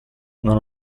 non